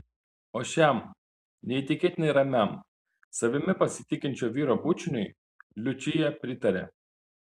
o šiam neįtikėtinai ramiam savimi pasitikinčio vyro bučiniui liučija pritarė